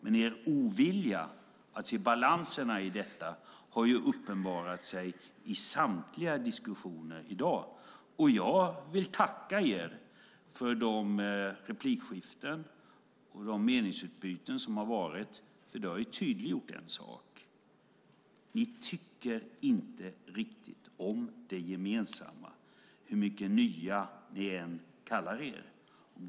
Men er ovilja att se balanserna i detta har uppenbarat sig i samtliga diskussioner i dag. Jag vill tacka er för de replikskiften och de meningsutbyten som varit. Det har tydliggjort en sak. Ni tycker inte riktigt om det gemensamma, hur mycket nya ni än kallar er.